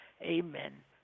amen